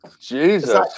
Jesus